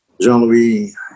Jean-Louis